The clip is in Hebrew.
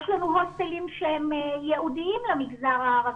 יש לנו הוסטלים שהם ייעודים למגזר הערבי,